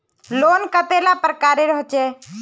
Loan कतेला प्रकारेर होचे?